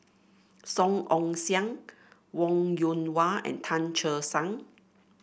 Song Ong Siang Wong Yoon Wah and Tan Che Sang